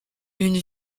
une